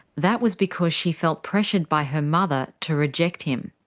that was because she felt pressured by her mother to reject him.